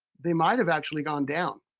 they might have actually gone down.